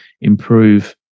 improve